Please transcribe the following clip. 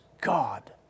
God